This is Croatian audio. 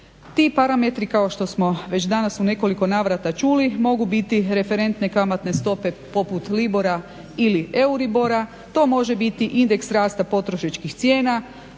Ti parametri kao što smo već danas u nekoliko navrata čuli mogu biti referentne kamatne stope poput libora ili euribora, to može biti indeks rasta potrošačkih cijena,